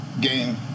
Game